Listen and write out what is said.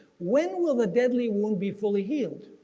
when will the deadly will be fully healed?